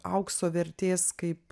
aukso vertės kaip